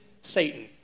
Satan